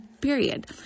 period